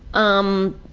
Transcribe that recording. um,